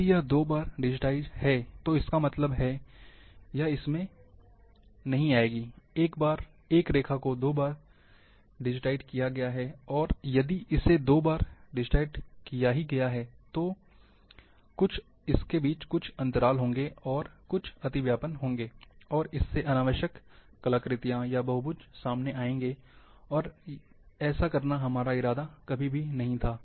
यदि यह दो बार डिजिटाइज़ है तो इसका मतलब है यह इसमें आएगी एक रेखा को दो बार डिजिटाइज़ किया गया है और यदि इसे दो बार डिजिटाइज़ किया गया है तो होगा कुछ अंतराल होंगे और कुछ अतिव्यापन होंगे और इससे अनावश्यक कलाकृतियां या बहुभुज आ जाएँगे और ऐसा हमारा कभी भी इरादा नहीं था